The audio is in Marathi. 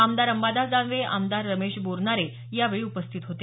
आमदार अंबादास दानवे आमदार रमेश बोरनारे यावेळी उपस्थित होते